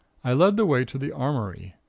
i led the way to the armory.